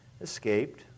escaped